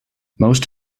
most